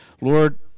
Lord